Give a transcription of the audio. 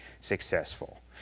successful